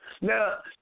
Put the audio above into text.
Now